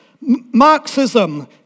Marxism